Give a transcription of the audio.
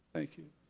thank you.